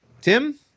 Tim